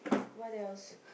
what else